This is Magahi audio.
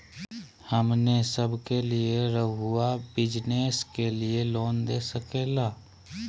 हमने सब के लिए रहुआ बिजनेस के लिए लोन दे सके ला?